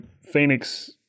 phoenix